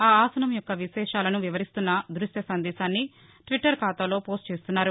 ఆ ఆసనం యొక్క విశేషాలను వివరిస్తున్న దృశ్య సందేశాన్ని ట్విట్టర్ ఖాతాలో పోస్టు చేస్తున్నారు